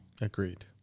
Agreed